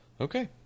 Okay